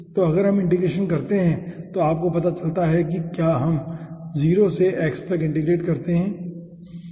तो अगर हम इंटीग्रेशन करते हैं तो आपको पता चलता है कि क्या हम 0 से x तक इंटीग्रेट करते हैं ठीक है